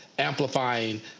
amplifying